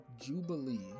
Jubilee